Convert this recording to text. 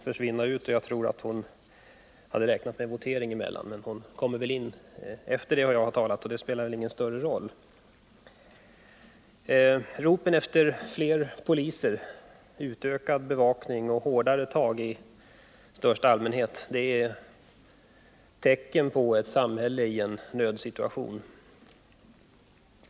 Fru talman! Ropen efter fler poliser, utökad bevakning och hårdare tag i största allmänhet är tecken på ett samhälle i nödsituation.